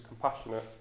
compassionate